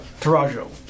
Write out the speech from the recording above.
Tarajo